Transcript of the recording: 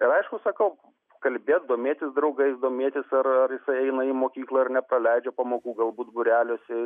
ir aišku sakau kalbėt domėtis draugais domėtis ar ar jis eina į mokyklą ar nepaleidžia pamokų galbūt būreliuose